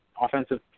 offensive